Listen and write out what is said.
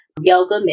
yoga